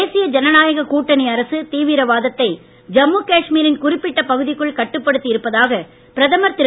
தேசிய ஜனநாயக கூட்டணி அரசு தீவிரவாதத்தை ஜம்மு காஷ்மீரின் குறிப்பிட்ட பகுதிக்குள் கட்டுப்படுத்தி இருப்பதாக பிரதமர் திரு